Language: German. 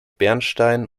bernstein